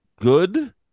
good